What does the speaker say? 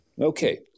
Okay